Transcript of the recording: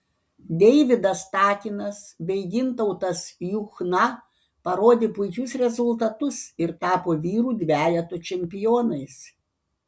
deividas takinas bei gintautas juchna parodė puikius rezultatus ir tapo vyrų dvejeto čempionais